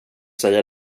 säga